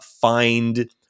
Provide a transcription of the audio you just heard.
find